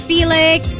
Felix